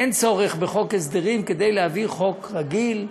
אין צורך בחוק הסדרים כדי להעביר חוק רגיל,